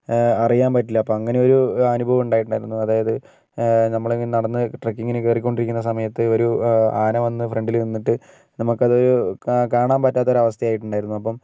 അറിയാൻ പറ്റില്ല അപ്പോൾ അങ്ങനെയൊരു അനുഭവം ഉണ്ടായിട്ടുണ്ടായിരുന്നു അതായത് നമ്മളിങ്ങനെ നടന്ന് ട്രക്കിങ്ങിന് കയറികൊണ്ടിരിക്കുന്ന സമയത്ത് ഒരു ആന വന്ന് ഫ്രണ്ടിൽ നിന്നിട്ട് നമുക്ക് അത് കാ കാണാൻ പറ്റാത്തൊരു അവസ്ഥയായിട്ടുണ്ടായിരുന്നു അപ്പം